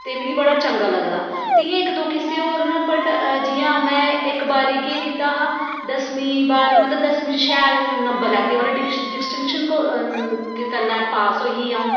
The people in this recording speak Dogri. ते मिगी बड़ा चंगा लगदा ते इ'यां इक दो किस्से होर न बट जियां में इक बारी केह् कीता हा दसमीं बार मतलब दसमीं च शैल नंबर लैते मतलब डिक्स डिस्टिंशन कन्नै पास होई ही अ'ऊं